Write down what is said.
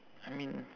I mean